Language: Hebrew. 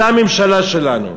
זה הממשלה שלנו.